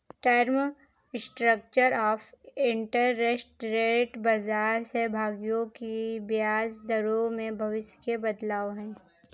term structure of interest rate बाजार सहभागियों की ब्याज दरों में भविष्य के बदलाव है